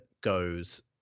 goes